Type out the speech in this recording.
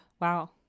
Wow